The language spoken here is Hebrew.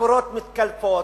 הקירות מתקלפים,